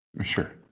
Sure